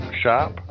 shop